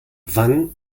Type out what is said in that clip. wann